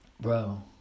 bro